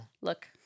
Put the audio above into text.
Look